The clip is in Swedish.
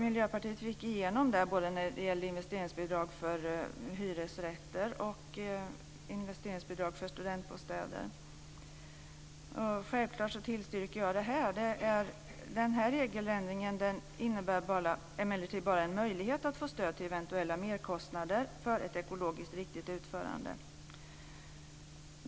Miljöpartiet fick också igenom detta, både när det gäller investeringsbidrag för hyresrätter och investeringsbidrag för studentbostäder. Självklart tillstyrker jag det. Den här regeländringen innebär emellertid bara en möjlighet att få stöd till eventuella merkostnader för ett ekologiskt riktigt utförande.